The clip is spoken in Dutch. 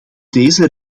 deze